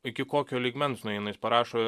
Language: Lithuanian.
iki kokio lygmens nueina jis parašo